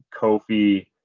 Kofi